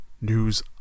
news